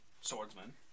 swordsman